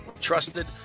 trusted